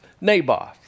Naboth